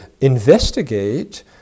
investigate